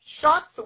shots